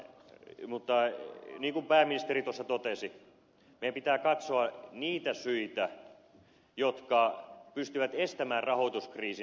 niin kuin pääministeri tuossa totesi meidän pitää katsoa niitä syitä jotka pystyvät estämään rahoituskriisin syntymisen